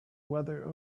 weather